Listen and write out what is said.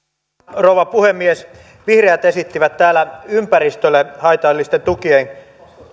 rouva puhemies vihreät esittivät täällä ympäristölle haitallisten tukien